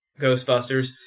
Ghostbusters